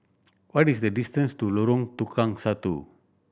what is the distance to Lorong Tukang Satu